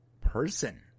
person